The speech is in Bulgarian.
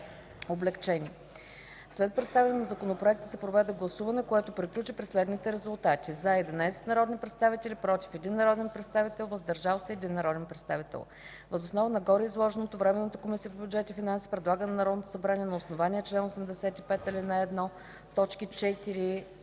облекчени. След представяне на законопроекта се проведе гласуване, което приключи при следните резултати: „за” – 11 народни представители, „против” – 1 народен представител и „въздържал се” – 1 народен представител. Въз основа на гореизложеното Временната комисия по бюджет и финанси предлага на Народното събрание на основание чл. 85, ал. 1, т.